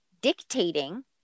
dictating